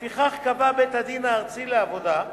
לפיכך קבע בית-הדין הארצי לעבודה,